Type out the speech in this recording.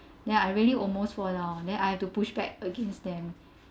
ya I really almost fell down then I have to push back against them